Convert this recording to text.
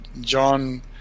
John